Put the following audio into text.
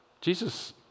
Jesus